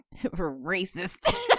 racist